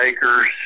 acres